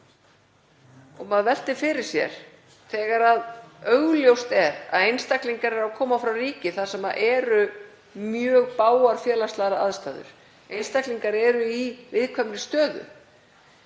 Maður veltir fyrir sér að þegar augljóst er að einstaklingar eru að koma frá ríki þar sem eru mjög bágar félagslegar aðstæður, þar sem einstaklingar eru í viðkvæmri stöðu